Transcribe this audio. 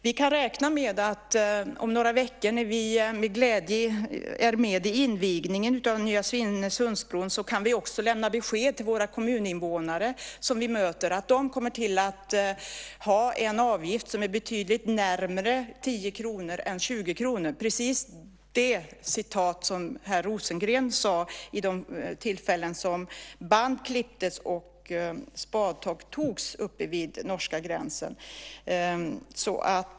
Vi kan räkna med att om några veckor, när vi med glädje är med vid invigningen av nya Svinesundsbron, kan vi också lämna besked till de kommuninvånare som vi möter att de kommer att ha en avgift som är betydligt närmare 10 kr än 20 kr, precis det som herr Rosengren sade vid de tillfällen band klipptes och spadtag togs uppe vid norska gränsen.